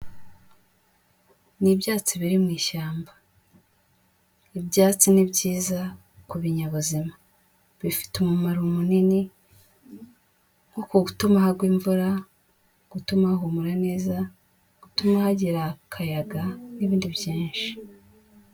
Ni ibyatsi biri mu ishyamba, ibyatsi ni byiza ku binyabuzima, bifite umumaro munini, nko gutuma hagwa imvura, gutuma hahumura neza, gutuma hagira akayaga, n'ibindi byinshi.